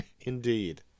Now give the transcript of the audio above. Indeed